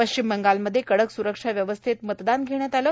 पश्चिम बंगालमध्ये कडक सुरक्षा व्यवस्थेत मतदान घेण्यात आल